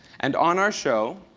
and on our show,